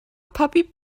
puppy